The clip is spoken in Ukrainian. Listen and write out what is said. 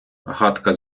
гадка